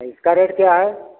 औ इसका रेट क्या है